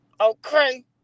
Okay